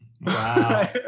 Wow